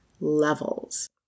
levels